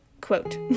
Quote